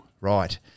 right